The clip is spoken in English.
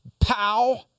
Pow